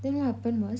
then what happened was